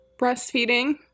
breastfeeding